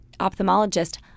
ophthalmologist